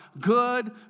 good